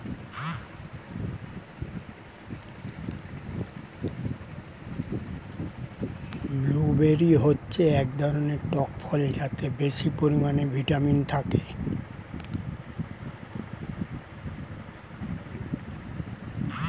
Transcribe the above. blueberry হচ্ছে এক ধরনের টক ফল যাতে বেশি পরিমাণে ভিটামিন থাকে